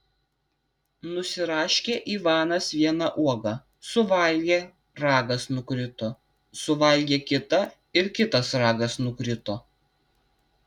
nusiraškė ivanas vieną uogą suvalgė ragas nukrito suvalgė kitą ir kitas ragas nukrito